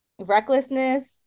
recklessness